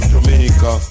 Jamaica